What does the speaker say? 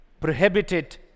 prohibited